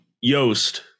Yost